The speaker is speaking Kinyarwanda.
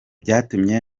byatumye